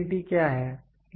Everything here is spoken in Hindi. रीडेबिलिटी क्या है